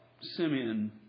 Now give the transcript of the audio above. Simeon